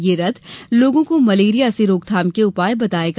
यह रथ लोगों को मलेरिया से रोकथाम के उपाय बतायेगा